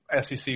SEC